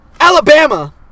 Alabama